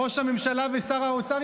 ראש הממשלה ושר האוצר,